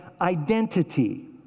identity